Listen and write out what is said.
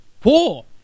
Four